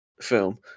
film